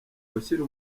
ushyira